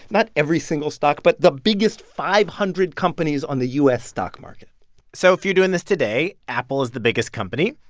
not every single stock, but the biggest five hundred companies on the u s. stock market so, if you're doing this today, apple is the biggest company.